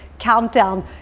countdown